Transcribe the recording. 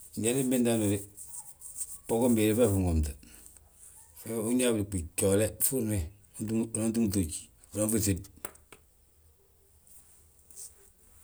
Jandi inbinte hando dé, bogon béede feefi nwomte. Iyoo, unñaaye biluɓu joole, furne. Unan tùm ŧoji, unanfi sib.